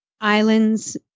islands